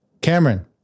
Cameron